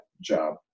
job